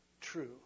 true